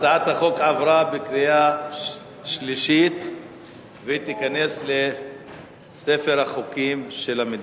החוק עבר בקריאה שלישית וייכנס לספר החוקים של המדינה.